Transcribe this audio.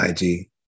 IG